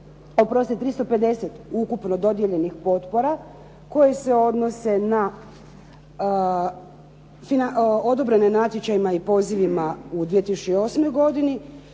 oprostite 350 ukupno dodijeljenih potpora koje se odnose na, odobrene natječajima i pozivima u 2008. godini.